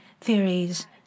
theories